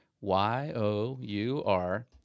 Y-O-U-R